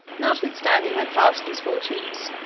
notwithstanding my past misfortunes,